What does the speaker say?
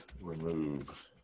Remove